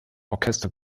orchester